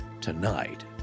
Tonight